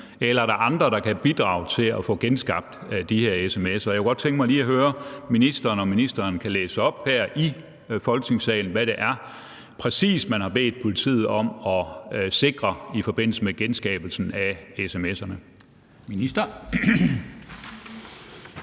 eller om der er andre, der kan bidrage til at få genskabt de her sms'er. Jeg kunne godt tænke mig lige at høre ministeren, om ministeren kan læse op her i Folketingssalen, hvad det er præcis, man har bedt politiet om at sikre i forbindelse med genskabelsen af sms'erne.